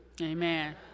Amen